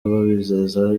babizeza